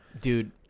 Dude